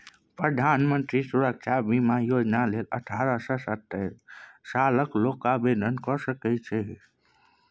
प्रधानमंत्री सुरक्षा बीमा योजनाक लेल अठारह सँ सत्तरि सालक लोक आवेदन कए सकैत छै